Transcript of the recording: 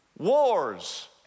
Wars